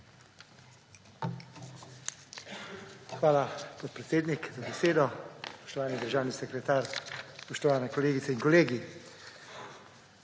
Hvala, podpredsednik, za besedo. Spoštovani državni sekretar, spoštovane kolegice in kolegi!